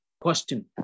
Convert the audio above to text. Question